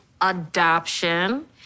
adoption